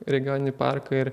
regioninį parką ir